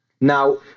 Now